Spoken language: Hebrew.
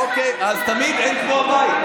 אבל היא התפכחה --- אין כמו הבית,